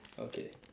okay